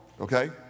Okay